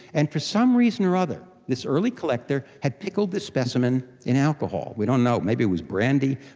and for some reason or other this early collector had pickled this specimen in alcohol. we don't know, maybe it was brandy.